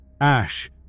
Ash